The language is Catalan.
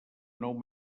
nou